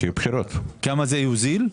בכמה זה יוזיל?